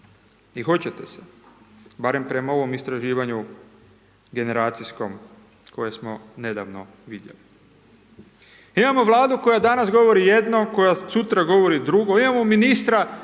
I hoćete se. Barem prema ovom istraživanju generacijskom koje smo nedavno vidjeli. Imamo Vladu koja danas govori jedno, koja sutra govori drugo, imamo ministra